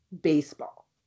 baseball